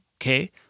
Okay